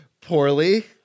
poorly